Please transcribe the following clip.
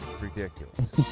ridiculous